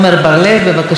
בבקשה, אדוני.